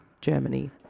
Germany